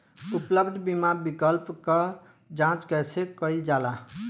उपलब्ध बीमा विकल्प क जांच कैसे कइल जाला?